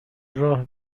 راه